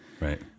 Right